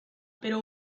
pero